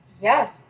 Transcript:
Yes